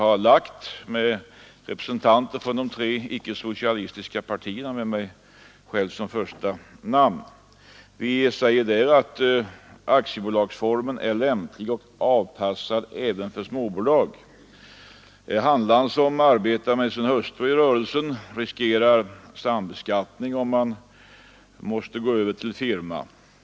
Den är undertecknad av representanter för de tre icke-socialistiska partierna med mig själv som första namn. Vi säger att aktiebolagsformen är lämplig och avpassad även för småbolag. Handlaren som arbetar med sin hustru i rörelsen riskerar sambeskattning, om han måste gå över till firma.